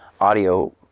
audio